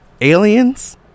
aliens